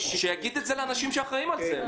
שיגיד את זה לאנשים שאחראים על זה.